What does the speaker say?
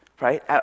right